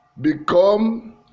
Become